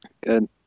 good